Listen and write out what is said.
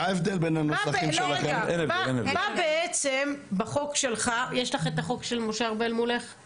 מה ההבדל בין הנוסחים, שלך ושל חברת הכנסת לסקי?